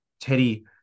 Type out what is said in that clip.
Teddy